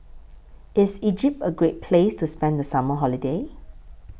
IS Egypt A Great Place to spend The Summer Holiday